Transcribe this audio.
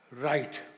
right